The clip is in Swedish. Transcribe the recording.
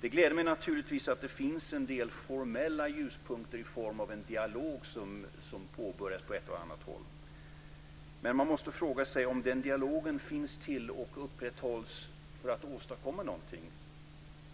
Det gläder mig naturligtvis att det finns en del formella ljuspunkter i form av en dialog som påbörjas på ett och annat håll, men man måste fråga sig om den dialogen finns till och upprätthålls för att åstadkomma någonting